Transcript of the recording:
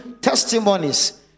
testimonies